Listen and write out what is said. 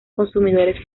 consumidores